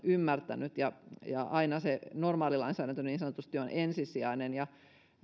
ymmärtänyt ja ja aina se niin sanotusti normaali lainsäädäntö on ensisijainen